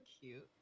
cute